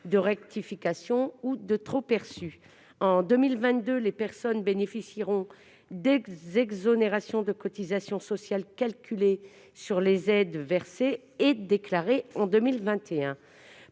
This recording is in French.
de rectifications ou de trop-perçus. En effet, en 2022, les familles bénéficieront d'exonérations de cotisations sociales calculées sur les aides versées et déclarées en 2021.